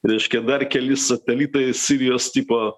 reiškia dar keli satelitai sirijos tipo